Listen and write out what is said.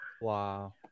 Wow